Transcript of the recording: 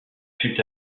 fut